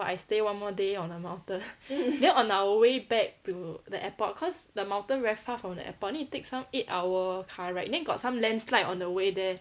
but I stay one more day on the mountain then on our way back to the airport cause the mountain very far from the airport need take some eight hour car ride then got some landslide on the way there